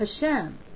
Hashem